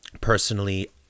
personally